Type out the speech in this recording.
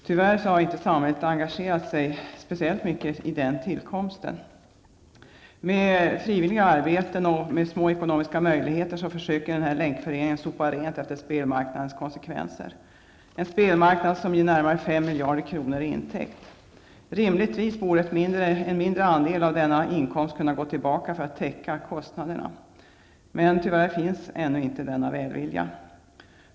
Tyvärr hade inte samhället engagerat sig speciellt mycket i dess tillkomst. Med frivilliga insatser och små ekonomiska möjligheter försöker denna länkförening sopa rent efter spelmarknaden, en spelmarknad som ger närmare 5 miljarder kronor i intäkt. Rimligtvis borde en mindre andel av denna inkomst kunna gå tillbaka för att täcka kostnaderna. Men tyvärr finns ännu inte denna välvilja.